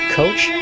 coach